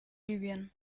libyen